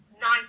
nice